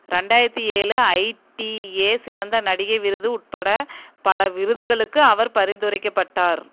ரெண்டாயிரத்தி ஏழு I T A சிறந்த நடிகை விருது உட்பட பல விருதுகளுக்கு அவர் பரிந்துரைக்கப்பட்டார்